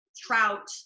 Trout